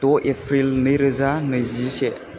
द' एप्रिल नै रोजा नैजि से